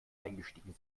eingestiegen